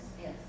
Yes